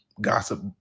Gossip